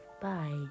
Bye